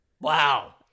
Wow